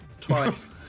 twice